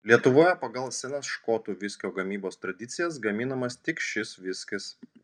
lietuvoje pagal senas škotų viskio gamybos tradicijas gaminamas tik šis viskis